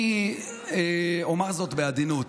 אני אומר זאת בעדינות.